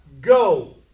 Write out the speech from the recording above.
Go